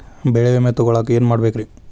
ಬೆಳೆ ವಿಮೆ ತಗೊಳಾಕ ಏನ್ ಮಾಡಬೇಕ್ರೇ?